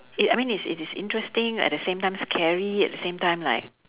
i~ I mean it is it is interesting at same time scary at the same time like